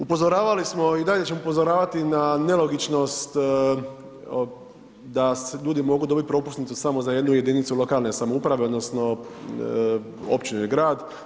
Upozoravali smo i dalje ćemo upozoravati na nelogičnost da ljudi mogu dobiti propusnicu samo za jednu jedinicu lokalne samouprave odnosno općine, grad.